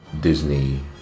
Disney